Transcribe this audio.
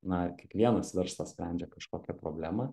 na kiekvienas verslas sprendžia kažkokią problemą